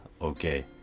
okay